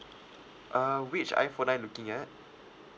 err which iphone are you looking at